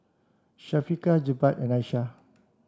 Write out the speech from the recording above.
Syafiqah Jebat and Aisyah